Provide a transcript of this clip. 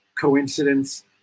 coincidence